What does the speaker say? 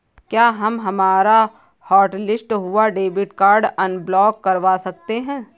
क्या हम हमारा हॉटलिस्ट हुआ डेबिट कार्ड अनब्लॉक करवा सकते हैं?